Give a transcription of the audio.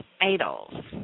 idols